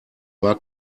mag